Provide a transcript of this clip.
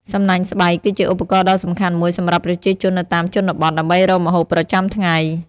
សំណាញ់ស្បៃ គឺជាឧបករណ៍ដ៏សំខាន់មួយសម្រាប់ប្រជាជននៅតាមជនបទ ដើម្បីរកម្ហូបប្រចាំថ្ងៃ។